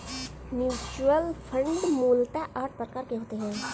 mutual fund मूलतः आठ प्रकार के होते हैं